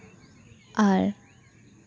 ᱟᱨ